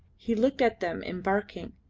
he looked at them embarking,